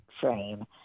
frame